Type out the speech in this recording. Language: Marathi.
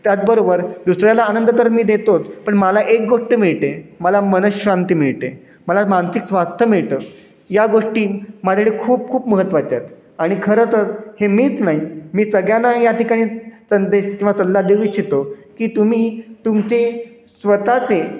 त्याचबरोबर दुसऱ्याला आनंद तर मी देतोच पण मला एक गोष्ट मिळते मला मनःशांती मिळते मला मानसिक स्वास्थ्य मिळतं या गोष्टी माझ्यासाठी खूप खूप महत्त्वाच्या आहेत आणि खरं तर हे मीच नाही मी सगळ्यांना या ठिकाणी संदेश किंवा सल्ला देऊ इच्छितो की तुम्ही तुमचे स्वतःचे